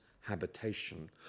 habitation